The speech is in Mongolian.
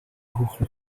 хүүхний